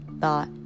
thought